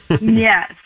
Yes